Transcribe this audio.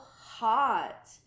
hot